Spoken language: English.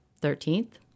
Thirteenth